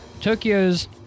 Tokyo's